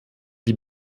die